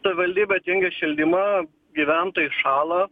savivaldybė atjungė šildymą gyventojai šąla